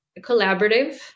collaborative